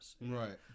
Right